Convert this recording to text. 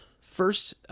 first